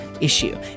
issue